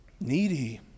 Needy